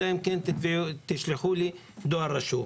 אלא אם כן תשלחו אליי דואר רשום.